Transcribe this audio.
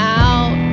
out